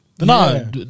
No